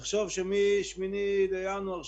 תחשוב שמה-8 בינואר,